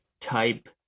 type